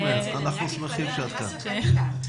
אנחנו שמחים שאת כאן.